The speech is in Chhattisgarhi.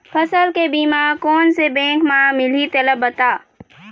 फसल के बीमा कोन से बैंक म मिलही तेला बता?